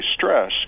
stress